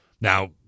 Now